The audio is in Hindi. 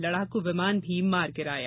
लड़ाकू विमान भी मार गिराया